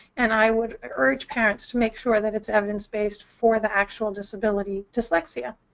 and i would urge parents to make sure that it's evidence-based for the actual disability dyslexia.